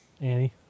Annie